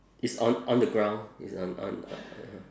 is on on the ground is on on on on